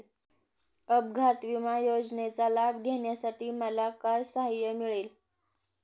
अपघात विमा योजनेचा लाभ घेण्यासाठी मला काय सहाय्य मिळेल?